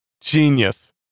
Genius